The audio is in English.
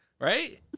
right